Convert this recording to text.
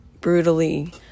brutally